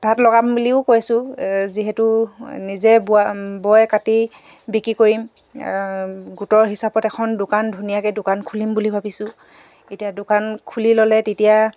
তাঁত লগাম বুলিও কৈছোঁ যিহেতু নিজে বোৱা বয় কাটি বিক্ৰী কৰিম গোটৰ হিচাপত এখন দোকান ধুনীয়াকৈ দোকান খুলিম বুলি ভাবিছোঁ এতিয়া দোকান খুলি ল'লে তেতিয়া